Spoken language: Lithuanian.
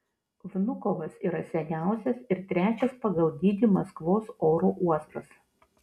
vnukovas yra seniausias ir trečias pagal dydį maskvos oro uostas